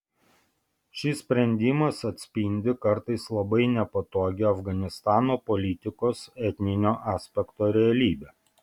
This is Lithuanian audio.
šis sprendimas atspindi kartais labai nepatogią afganistano politikos etninio aspekto realybę